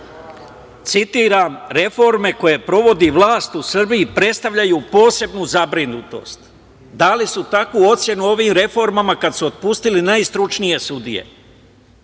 citiram – Reforme koje provodi vlast u Srbiji, predstavljaju posebnu zabrinutost, i dali su takvu ocenu ovim reformama kada su otpustili najstručnije sudije. Ovo